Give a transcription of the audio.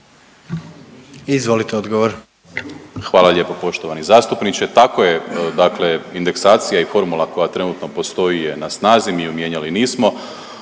Marko** Hvala lijepo poštovani zastupniče. Tako je, dakle indeksacija i formula koja trenutno postoji je na snazi mi ju mijenjali nismo.